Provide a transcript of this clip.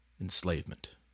enslavement